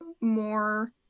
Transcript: more